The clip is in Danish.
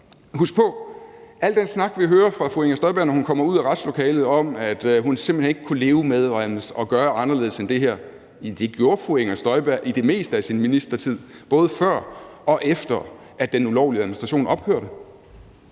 hvad angår al den snak, vi hører fra fru Inger Støjberg, når hun kommer ud fra retslokalet, om, at hun simpelt hen ikke kunne leve med at gøre det anderledes end det her, så gjorde fru Inger Støjberg det i det meste af sin ministertid, både før og efter at den ulovlige administration ophørte.